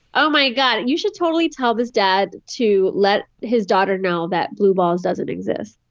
oh, my god. you should totally tell his dad to let his daughter know that blue balls doesn't exist.